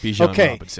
Okay